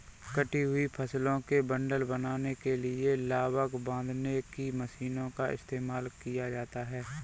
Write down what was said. कटी हुई फसलों के बंडल बनाने के लिए लावक बांधने की मशीनों का इस्तेमाल किया जाता है